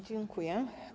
Dziękuję.